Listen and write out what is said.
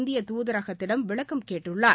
இந்திய துதரகத்திடம் விளக்கம் கேட்டுள்ளார்